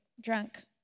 drunk